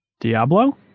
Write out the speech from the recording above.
Diablo